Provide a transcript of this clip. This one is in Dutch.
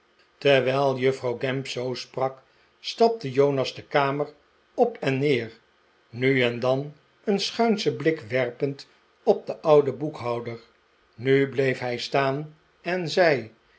terwijl juffrouw gamp zoo sprak stapte jonas de kamer op en neer nu en dan een schuinschen blik werpend op den ouden boekhouder nu bleef hij staan en zei